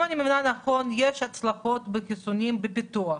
אם אני מבינה נכון, יש הצלחות בחיסונים בפיתוח,